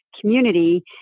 community